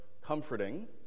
comforting